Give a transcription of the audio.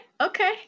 okay